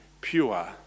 pure